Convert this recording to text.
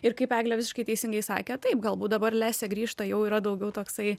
ir kaip eglė visiškai teisingai sakė taip galbūt dabar lesė grįžta jau yra daugiau toksai